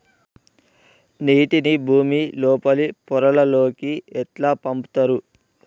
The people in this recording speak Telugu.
నీటిని భుమి లోపలి పొరలలోకి ఎట్లా పంపుతరు?